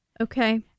okay